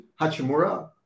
Hachimura